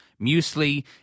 Muesli